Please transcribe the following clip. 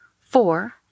Four